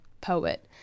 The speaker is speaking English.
poet